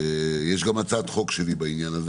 יש גם הצעת חוק שלי בעניין הזה,